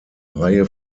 reihe